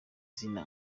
zina